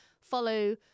follow